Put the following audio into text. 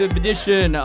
edition